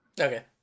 Okay